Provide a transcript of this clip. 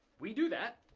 we do that.